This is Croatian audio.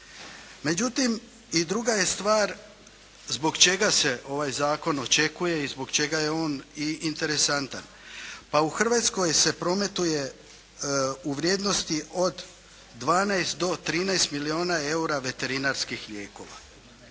Međutim, i druga je stvar zbog čega se ovaj zakon očekuje i zbog čega je on i interesantan, pa u Hrvatskoj se prometuje u vrijednosti od 12 do 13 milijuna eura veterinarskih lijekova.